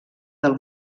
del